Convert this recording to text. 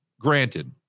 granted